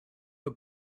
the